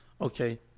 Okay